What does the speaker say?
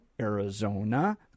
arizona